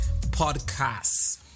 Podcast